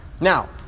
Now